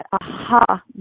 aha